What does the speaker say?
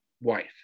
wife